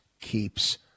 keeps